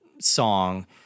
song